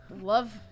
love